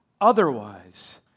Otherwise